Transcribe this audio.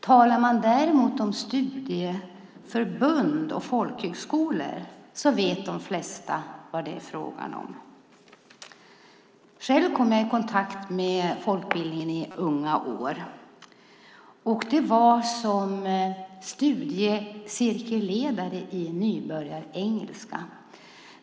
Talar man däremot om studieförbund och folkhögskolor vet de flesta vad det är fråga om. Själv kom jag i kontakt med folkbildningen i unga år. Det var som studiecirkelledare i nybörjarengelska.